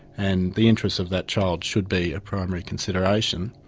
and the interests of that child should be a primary consideration.